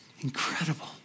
Incredible